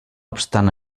obstant